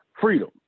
freedom